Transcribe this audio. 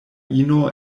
ino